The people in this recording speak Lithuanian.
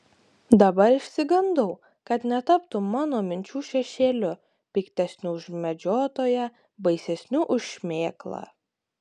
dabar išsigandau kad netaptų mano minčių šešėliu piktesniu už medžiotoją baisesniu už šmėklą